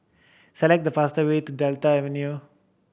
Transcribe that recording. select the fastest way to Delta Avenue